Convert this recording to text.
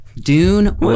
Dune